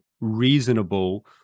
reasonable